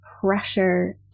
pressure